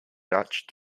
dutch